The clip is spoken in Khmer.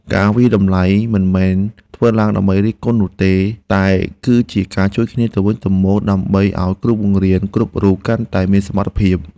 ការវាយតម្លៃមិនមែនធ្វើឡើងដើម្បីរិះគន់នោះទេតែគឺជាការជួយគ្នាទៅវិញទៅមកដើម្បីឱ្យគ្រូបង្រៀនគ្រប់រូបកាន់តែមានសមត្ថភាព។